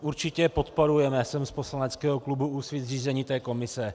Určitě podporujeme, jsem z poslaneckého klubu Úsvit, zřízení té komise.